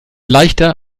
leichter